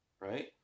right